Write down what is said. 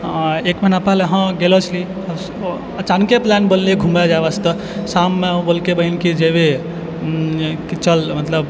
आओर एक महीना पहिले हँ गेलो छली अचानके प्लान बनलै घुमै जाइ वास्ते शाममे बोललकै बहिन हँ जेबै कि चल मतलब